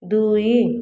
ଦୁଇ